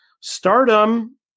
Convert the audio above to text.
Stardom